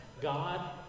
God